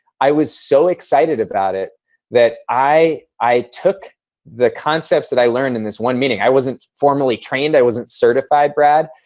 i was so excited about it that i i took the concept that i learned in this one meeting. i wasn't formally trained, i wasn't certified, brad,